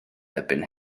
erbyn